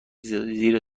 زیر